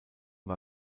war